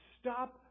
Stop